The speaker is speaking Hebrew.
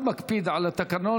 אני מאוד מקפיד על התקנון,